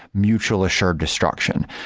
mutual assured destruction.